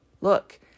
look